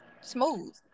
smooth